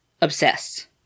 obsessed